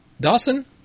Dawson